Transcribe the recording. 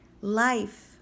life